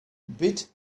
bit